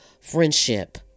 friendship